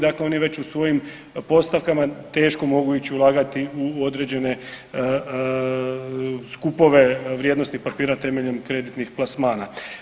Dakle, oni već u svojim postavkama teško mogu ići ulagati u određene skupove vrijednosnih papira temeljem kreditnih plasmana.